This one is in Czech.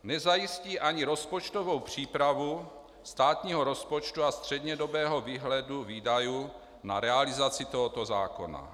Nezajistí ani rozpočtovou přípravu státního rozpočtu a střednědobého výhledu výdajů na realizaci tohoto zákona.